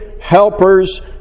helpers